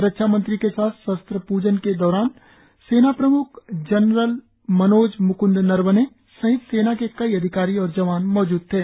रक्षा मंत्री के साथ शस्त्र पूजन के दौरान सेना प्रम्ख जनरल मनोज म्कृंद नरवणे सहित सेना कई अधिकारी और जवान मौजूद थे